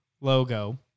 logo